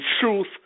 truth